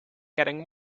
getting